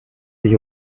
sich